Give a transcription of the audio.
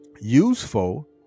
Useful